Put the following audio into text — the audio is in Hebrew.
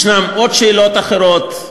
יש עוד שאלות, אחרות.